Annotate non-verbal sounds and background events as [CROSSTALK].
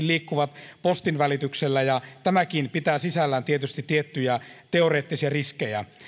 [UNINTELLIGIBLE] liikkuvat postin välityksellä ja tämäkin pitää tietysti sisällään tiettyjä teoreettisia riskejä